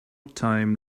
time